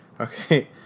Okay